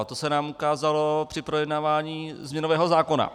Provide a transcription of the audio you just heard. To se nám ukázalo při projednávání změnového zákona.